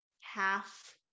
half-